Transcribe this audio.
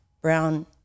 brown